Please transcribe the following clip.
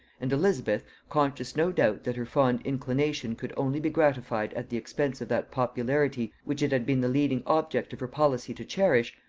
and elizabeth, conscious no doubt that her fond inclination could only be gratified at the expense of that popularity which it had been the leading object of her policy to cherish,